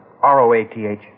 R-O-A-T-H